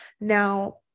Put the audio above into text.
now